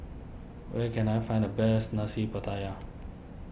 where can I find the best Nasi Pattaya